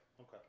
Okay